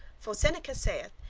for seneca saith,